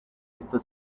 easter